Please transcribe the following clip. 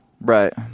Right